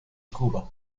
cuba